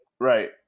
Right